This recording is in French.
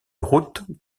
route